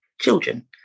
children